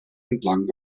entlang